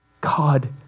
God